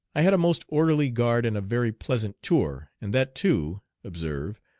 i had a most orderly guard and a very pleasant tour, and that too, observe,